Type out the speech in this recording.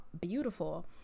beautiful